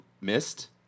missed